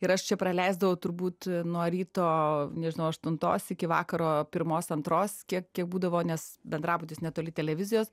ir aš čia praleisdavau turbūt nuo ryto nežinau aštuntos iki vakaro pirmos antros kiek kiek būdavo nes bendrabutis netoli televizijos